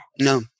No